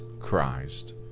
Christ